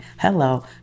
Hello